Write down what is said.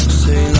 say